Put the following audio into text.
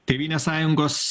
tėvynės sąjungos